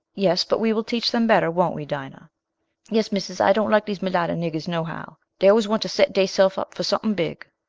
yes, but we will teach them better won't we, dinah yes, missus, i don't like dees mularter niggers, no how dey always want to set dey sef up for something big.